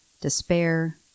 despair